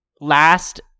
last